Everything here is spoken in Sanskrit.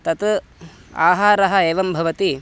तत् आहारः एवं भवति